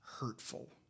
hurtful